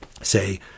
say